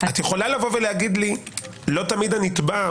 את יכולה להגיד לי שלא תמיד הנתבע,